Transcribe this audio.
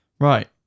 Right